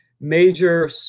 major